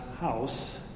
house